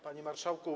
Panie Marszałku!